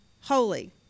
holy